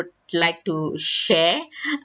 like to share